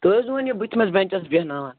تُہۍ ٲسۍزِہوٗن یہِ بُتھمِس بیٚنٛچَس بیٚہناوان